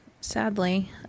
sadly